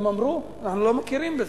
הם אמרו: אנחנו לא מכירים בזה.